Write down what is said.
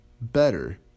better